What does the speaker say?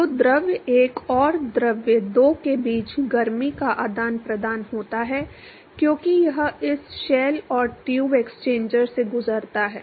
तो द्रव एक और द्रव दो के बीच गर्मी का आदान प्रदान होता है क्योंकि यह इस शेल और ट्यूब हीट एक्सचेंजर से गुजरता है